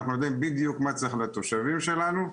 אנחנו יודעים בדיוק מה צריך לתושבים שלנו.